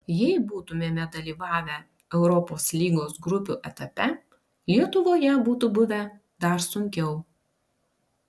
jei būtumėme dalyvavę europos lygos grupių etape lietuvoje būtų buvę dar sunkiau